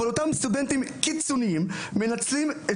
אבל אותם סטודנטים קיצוניים מנצלים את